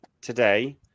today